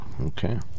Okay